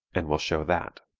and will show that.